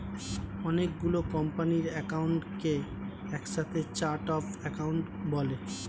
অনেক গুলো কোম্পানির অ্যাকাউন্টকে একসাথে চার্ট অফ অ্যাকাউন্ট বলে